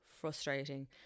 frustrating